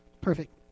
perfect